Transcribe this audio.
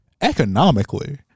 economically